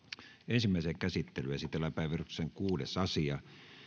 ensimmäiseen käsittelyyn esitellään päiväjärjestyksen kuudes asia